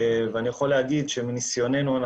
מניסיוננו,